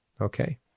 Okay